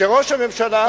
שראש הממשלה,